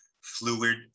fluid